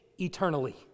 eternally